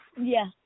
Yes